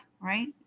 right